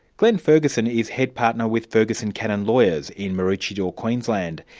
glen ferguson is head partner with ferguson cannon lawyers in maroochydore, queensland.